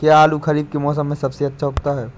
क्या आलू खरीफ के मौसम में सबसे अच्छा उगता है?